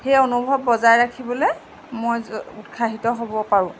সেই অনুভৱ বজাই ৰাখিবলৈ মই উৎসাহিত হ'ব পাৰোঁ